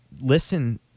listen